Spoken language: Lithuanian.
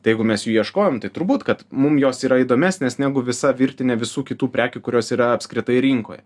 tai jeigu mes jų ieškojom tai turbūt kad mum jos yra įdomesnės negu visa virtinė visų kitų prekių kurios yra apskritai rinkoje